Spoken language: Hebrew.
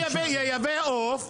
אני אייבא עוף,